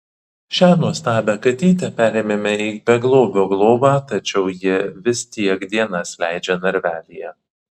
šią nuostabią katytę perėmėme į beglobio globą tačiau ji vis tiek dienas leidžia narvelyje